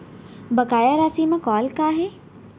बकाया राशि मा कॉल का हे?